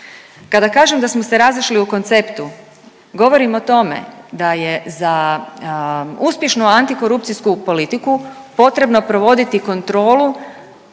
Kada kažem da smo se razišli u konceptu govorim o tome da je za uspješnu antikorupcijsku politiku potrebno provoditi kontrolu